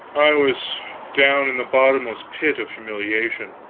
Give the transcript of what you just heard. i was down in the bottomless pit of humiliation.